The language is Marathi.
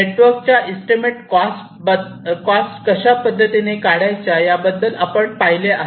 नेटवर्क च्या इस्टिमेट कॉस्ट कशा पद्धतीने काढायच्या याबद्दल आपण पाहिले आहे